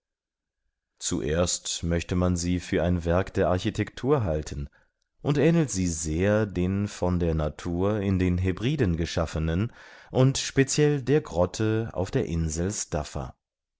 zuerst möchte man sie für ein werk der architektur halten und ähnelt sie sehr den von der natur in den hebriden geschaffenen und speciell der grotte auf der insel staffa